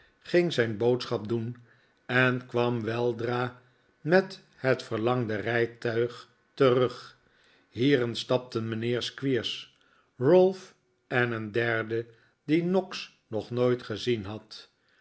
ging zijn boodschap doen en kwam weldra met het verlangde rijtuig terug hierin stapten mijnheer squeers ralph en een derde dien noggs nog nooit gezien had